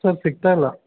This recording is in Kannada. ಸರ್ ಸಿಕ್ತಾ ಇಲ್ಲ